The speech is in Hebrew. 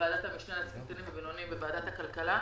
ועדת המשנה לעסקים קטנים ובינוניים בוועדת הכלכלה,